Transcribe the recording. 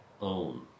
own